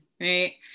Right